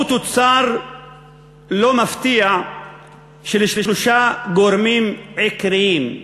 תוצר לא מפתיע של שלושה גורמים עיקריים,